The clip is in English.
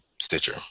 Stitcher